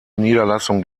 niederlassung